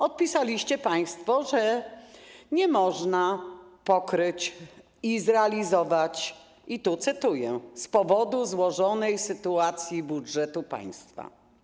Odpisaliście państwo, że nie można tego pokryć i zrealizować, i tu cytuję: z powodu złożonej sytuacji budżetu państwa.